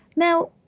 now,